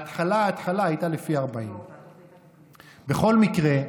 ההתחלה התחלה הייתה לפי 40%. בכל מקרה,